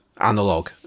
analog